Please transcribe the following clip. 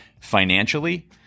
financially